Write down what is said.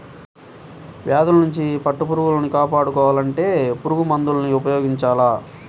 వ్యాధుల్నించి పట్టుపురుగుల్ని కాపాడుకోవాలంటే పురుగుమందుల్ని ఉపయోగించాల